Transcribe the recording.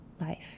life